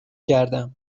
کردم